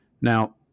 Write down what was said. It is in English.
Now